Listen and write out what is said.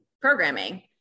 programming